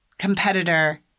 Competitor